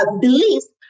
beliefs